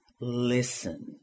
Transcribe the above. listen